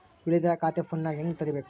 ಉಳಿತಾಯ ಖಾತೆ ಫೋನಿನಾಗ ಹೆಂಗ ತೆರಿಬೇಕು?